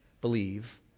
believe